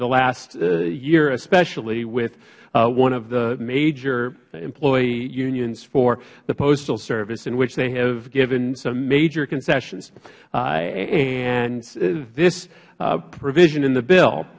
the last year especially with one of the major employee unions for the postal service in which they have given some major concessions and this provision in the bill